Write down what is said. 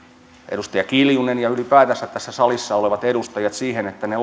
edustaja kiljunen ja ylipäätänsä tässä salissa olevat edustajat niihin lakeihin mitä me